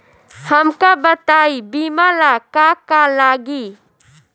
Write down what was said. हमका बताई बीमा ला का का लागी?